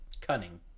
Cunning